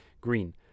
green